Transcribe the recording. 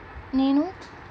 నేను